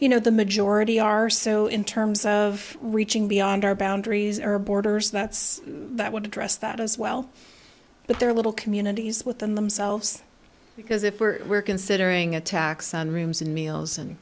you know the majority are so in terms of reaching beyond our boundaries our borders that's that would address that as well but there are little communities within themselves because if we're we're considering a tax on rooms and meals